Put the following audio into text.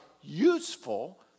useful